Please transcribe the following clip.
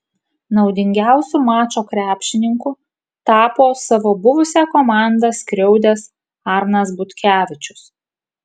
naudingiausiu mačo krepšininku tapo savo buvusią komandą skriaudęs arnas butkevičius